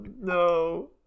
no